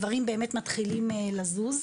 הדברים באמת מתחילים לזוז.